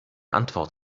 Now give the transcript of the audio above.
antwort